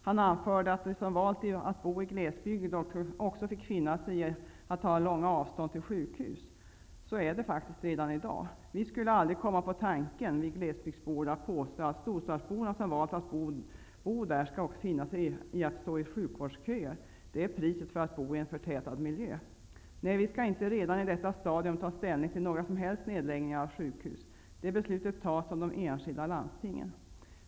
Han anförde att de som valt att bo i glesbygd också fick finna sig att ha långa avstånd till sjukhus. Så är det faktiskt redan idag. Vi glesbygdsbor skulle aldrig komma på tanken att påstå att storstadsborna som valt att bo där också skall finna sig i att stå i sjukvårdsköer. Det är priset för att bo i en förtätad miljö. Nej, vi skall inte redan i detta stadium ta ställning till några som helst nedläggningar av sjukhus -- sådana beslut fattas av de enskilda landstingen.